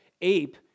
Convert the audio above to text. ape